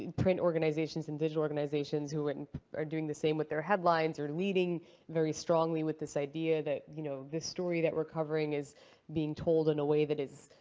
print organizations, and digital organizations who are doing the same with their headlines. they're leading very strongly with this idea that, you know, this story that we're covering is being told in a way that is,